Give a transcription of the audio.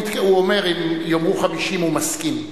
הוא אומר, אם יאמרו 50 הוא מסכים.